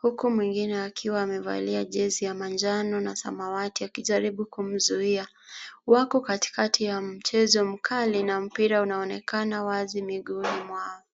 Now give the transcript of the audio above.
huku mwingine akiwa amevalia jezi ya manjano na samawati akijaribu kumzuia. Wako katikati ya mchezo mkali na mpira unaonekana wazi miguuni mwao.